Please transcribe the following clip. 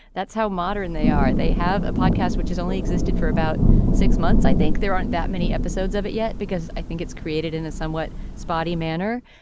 that's how modern they are. they have a podcast which has only existed for about six months i think there aren't that many episodes of it yet because i think it's created in a somewhat spotty manner.